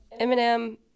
Eminem